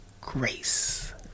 grace